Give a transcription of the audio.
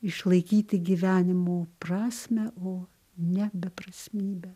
išlaikyti gyvenimo prasmę o ne beprasmybę